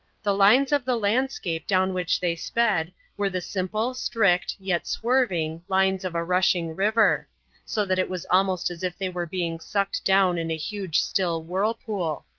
the lines of the landscape down which they sped, were the simple, strict, yet swerving, lines of a rushing river so that it was almost as if they were being sucked down in a huge still whirlpool.